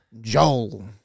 Joel